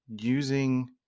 using